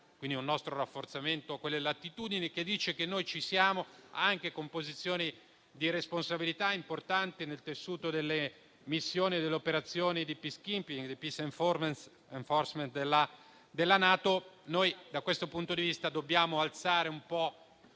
Iraq, un nostro rafforzamento a quelle latitudini dimostra che siamo presenti, anche con posizioni di responsabilità importanti, nel tessuto delle missioni e delle operazioni di *peace keaping* e di *peace enforcement* della NATO. Da questo punto di vista dobbiamo alzare le